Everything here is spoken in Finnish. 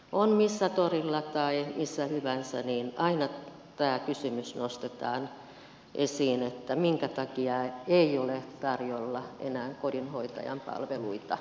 on torilla tai missä hyvänsä aina tämä kysymys nostetaan esiin että minkä takia ei ole tarjolla enää kodinhoitajan palveluita